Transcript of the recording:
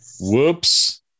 Whoops